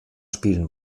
spielen